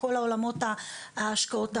לכל עולמות ולכל ההשקעות האחרות.